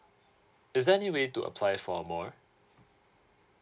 is there any way to apply for more